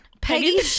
Peggy